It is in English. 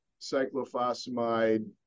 cyclophosphamide